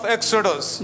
Exodus